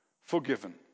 forgiven